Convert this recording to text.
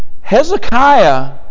Hezekiah